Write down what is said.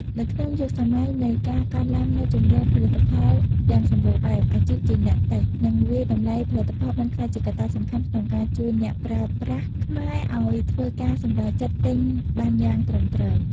នៅក្នុងយុគសម័យនៃការកើនឡើងនូវជម្រើសផលិតផលយ៉ាងសម្បូរបែប អាជីពជាអ្នកតេស្ត និងវាយតម្លៃផលិតផលបានក្លាយជាកត្តាសំខាន់ក្នុងការជួយអ្នកប្រើប្រាស់ខ្មែរឱ្យធ្វើការសម្រេចចិត្តទិញបានយ៉ាងត្រឹមត្រូវ។